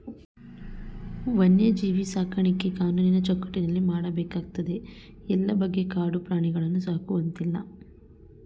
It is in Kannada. ವನ್ಯಜೀವಿ ಸಾಕಾಣಿಕೆ ಕಾನೂನಿನ ಚೌಕಟ್ಟಿನಲ್ಲಿ ಮಾಡಬೇಕಾಗ್ತದೆ ಎಲ್ಲ ಬಗೆಯ ಕಾಡು ಪ್ರಾಣಿಗಳನ್ನು ಸಾಕುವಂತಿಲ್ಲ